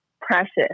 precious